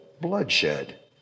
bloodshed